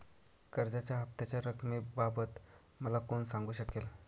कर्जाच्या हफ्त्याच्या रक्कमेबाबत मला कोण सांगू शकेल?